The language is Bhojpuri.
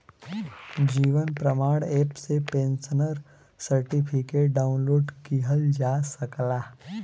जीवन प्रमाण एप से पेंशनर सर्टिफिकेट डाउनलोड किहल जा सकला